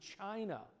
China